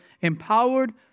empowered